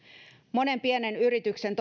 monen pienen yrityksen